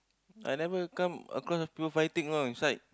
I never come across people fighting you know inside